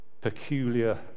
peculiar